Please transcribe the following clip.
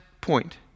point